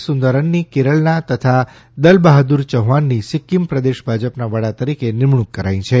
સુંદરનની કેરળના તથા દલબહાદુર ચૌહાણની સિક્કિમ પ્રદેશ ભાજપના વડા તરીકે નિમણૂંક કરાઇ છે